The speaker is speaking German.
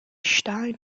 steine